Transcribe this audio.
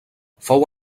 fou